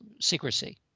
secrecy